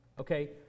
okay